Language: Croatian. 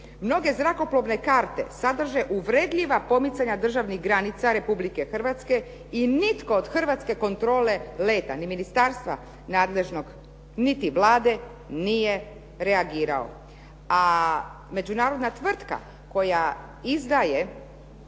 Mnoge zrakoplovne karte sadrže uvredljiva pomicanja državnih granica Republike Hrvatske i nitko od Hrvatske kontrole leta ni ministarstva nadležnog niti Vlade nije reagirao a međunarodna tvrtka koja izdaje